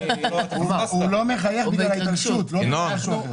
הוא לא מחייך בגלל ההתרגשות, לא בגלל משהו אחר.